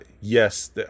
Yes